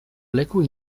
leku